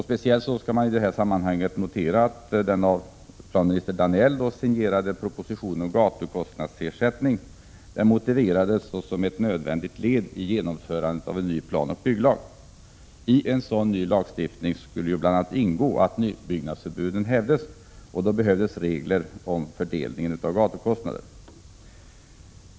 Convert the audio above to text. Speciellt skall i detta sammanhang noteras att den av planminister Danell signerade propositionen om gatukostnadsersättning motiverades som ett nödvändigt led i genomförandet av en ny planoch bygglag. I en sådan ny lagstiftning skulle bl.a. ingå att nybyggnadsförbuden hävdes, och då behövdes regler om fördelningen av gatukostnader.